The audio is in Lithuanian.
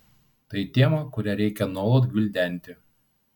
tai tema kurią reikia nuolat gvildenti